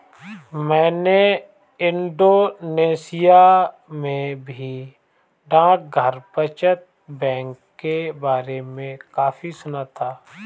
मैंने इंडोनेशिया में भी डाकघर बचत बैंक के बारे में काफी सुना था